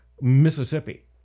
Mississippi